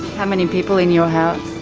how many people in your house?